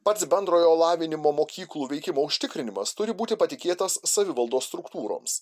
pats bendrojo lavinimo mokyklų veikimo užtikrinimas turi būti patikėtas savivaldos struktūroms